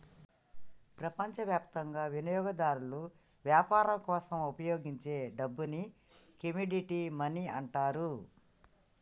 ప్రపంచవ్యాప్తంగా వినియోగదారులు వ్యాపారం కోసం ఉపయోగించే డబ్బుని కమోడిటీ మనీ అంటారు